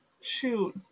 Shoot